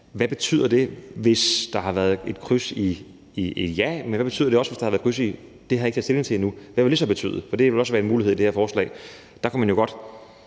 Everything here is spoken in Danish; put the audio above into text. Hvad betyder det, hvis der har været et kryds ud for »Ja«? Men hvad betyder det også, hvis der har været et kryds ud for »Det har jeg ikke taget stilling til endnu«? Hvad vil det så betyde? For det vil også være en mulighed med det her forslag. Der har vi brug